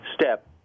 step